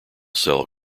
sell